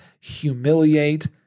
humiliate